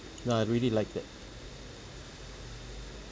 ya I really like that